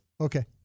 Okay